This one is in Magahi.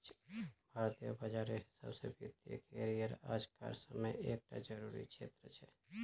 भारतीय बाजारेर हिसाब से वित्तिय करिएर आज कार समयेत एक टा ज़रूरी क्षेत्र छे